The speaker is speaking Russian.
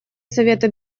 совета